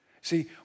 See